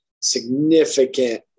Significant